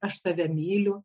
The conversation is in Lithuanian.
aš tave myliu